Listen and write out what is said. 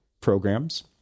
programs